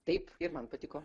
taip ir man patiko